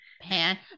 Pan